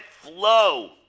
flow